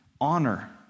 honor